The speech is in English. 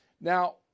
Now